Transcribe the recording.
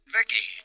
Vicky